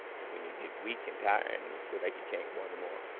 and when you get weak and tired and you feel like you can't go anymore,